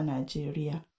Nigeria